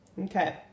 Okay